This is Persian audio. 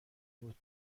بود